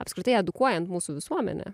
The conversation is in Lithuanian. apskritai edukuojant mūsų visuomenę